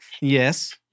Yes